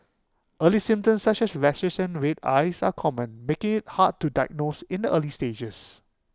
early symptoms such as rashes and red eyes are common making IT hard to diagnose in the early stages